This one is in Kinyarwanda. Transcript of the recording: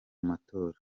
matora